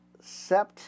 Sept